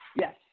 yes